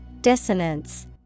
Dissonance